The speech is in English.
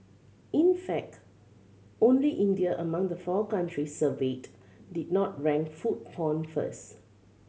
in fact only India among the four countries surveyed did not rank food porn first